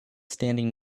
standing